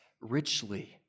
richly